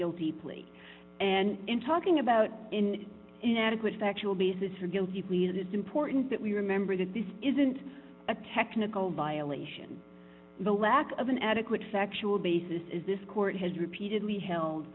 guilty plea and in talking about in inadequate factual basis for guilty pleas it is important that we remember that this isn't a technical violation the lack of an adequate factual basis is this court has repeatedly held